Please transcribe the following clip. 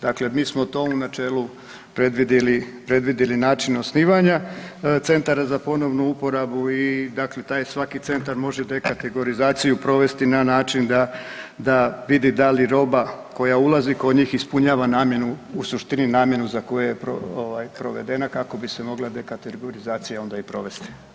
Dakle, mi smo to u načelu predvidili način osnivanja centara za ponovnu uporabu i dakle taj svaki centar može dekategorizaiju provesti na način da vidi da li roba koja ulazi kod njih ispunjava namjenu u suštinu namjenu za koju je provedena kako bi se mogla dekategorizacija onda i provesti.